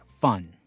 fun